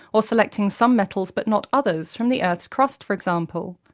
or selecting some metals but not others from the earth's crust, for example.